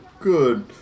Good